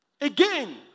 Again